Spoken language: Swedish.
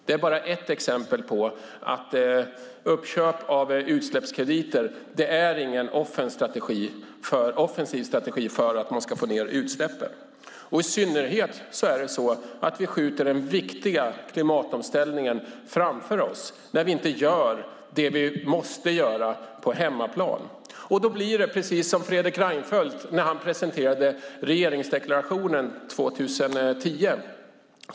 Det är bara ett exempel på att uppköp av utsläppskrediter inte är någon offensiv strategi för att få ned utsläppen. I synnerhet skjuter vi den viktiga klimatomställningen framför oss när vi inte gör det vi måste göra på hemmaplan. Då blir det precis som när Fredrik Reinfeldt presenterade regeringsdeklarationen 2010.